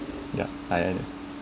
yup I I know